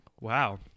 Wow